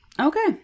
Okay